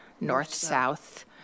north-south